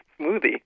smoothie